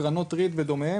קרנות reid וכדומה,